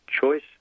choice